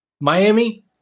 Miami